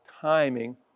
timing